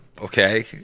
Okay